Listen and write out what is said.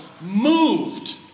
moved